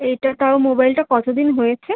এইটা তাও মোবাইলটা কত দিন হয়েছে